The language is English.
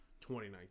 2019